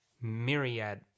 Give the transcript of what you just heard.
myriad